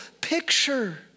picture